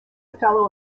fellow